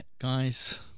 Guys